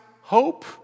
hope